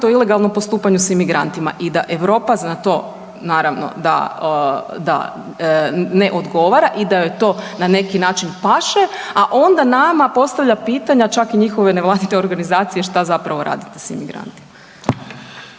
o ilegalno postupanju s imigrantima i da Europa za to naravno da, da ne odgovara i da joj to na neki način paše, a onda nama postavlja pitanja, čak i njihovoj …/Govornik se ne razumije/… organizaciji šta zapravo radite s imigrantima.